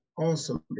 awesome